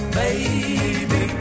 baby